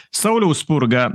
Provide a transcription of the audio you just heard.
sauliau spurga